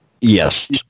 Yes